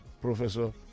Professor